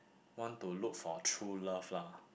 want to look for true love lah